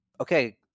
okay